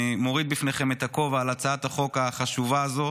אני מוריד בפניכם את הכובע על הצעת החוק החשובה הזו